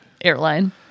airline